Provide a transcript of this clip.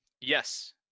Yes